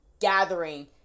gathering